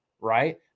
right